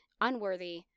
unworthy